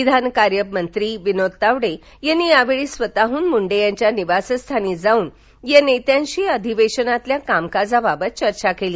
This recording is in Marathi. विधानकार्य मंत्री विनोद तावडे यांनी त्यावेळी स्वतःहृन मुंडे यांच्या निवासस्थानी जावून या नेत्यांशी अधिवेशनातील कामकाजाबाबत चर्चा केली